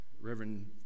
Reverend